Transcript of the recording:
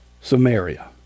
Samaria